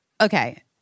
okay